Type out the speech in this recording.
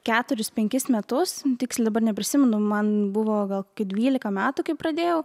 keturis penkis metus tiksliai dabar neprisimenu man buvo gal dvylika metų kai pradėjau